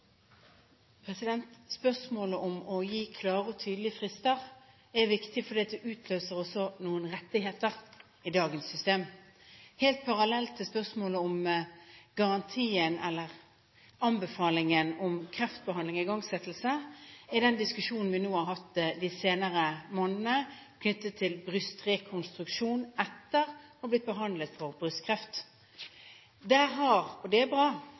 Spørsmålet om å gi klare og tydelige frister er viktig, for det utløser også noen rettigheter i dagens system. Helt parallelt til spørsmålet om garantien, eller anbefalingen, om igangsettelse av kreftbehandling er den diskusjonen vi har hatt de senere månedene knyttet til brystrekonstruksjon etter å ha blitt behandlet for brystkreft. Der har – og det er bra